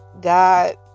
god